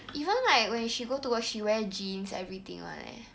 even like when she go to work she wear jeans everything [one] leh